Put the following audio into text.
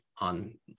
on